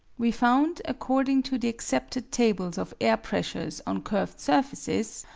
we found, according to the accepted tables of air pressures on curved surfaces,